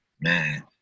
man